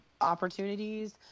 opportunities